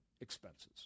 expenses